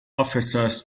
officers